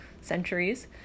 centuries